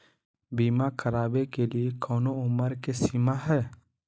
बीमा करावे के लिए कोनो उमर के सीमा है?